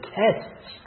tests